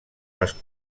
les